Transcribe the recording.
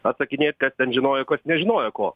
atsakinėt kas ten žinojo kas nežinojo ko